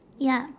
ya